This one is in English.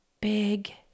big